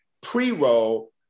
pre-roll